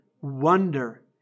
wonder